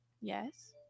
yes